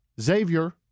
Xavier